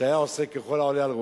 שהיה עושה ככל העולה על רוחו,